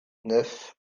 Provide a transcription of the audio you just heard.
neuf